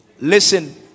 Listen